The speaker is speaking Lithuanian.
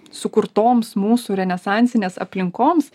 sukurtoms mūsų renesansinės aplinkoms